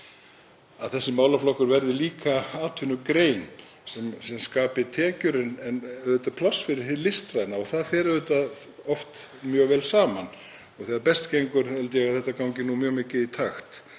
að þessi málaflokkur verður líka atvinnugrein sem skapi tekjur. En auðvitað er pláss fyrir hið listræna og það fer oft mjög vel saman og þegar best gengur held ég að þetta gangi mjög mikið í takt.